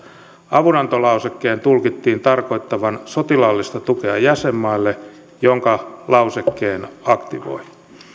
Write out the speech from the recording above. avunantolausekkeen tulkittiin tarkoittavan sotilaallista tukea jäsenmaalle joka lausekkeen aktivoi